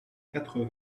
quatre